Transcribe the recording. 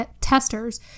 testers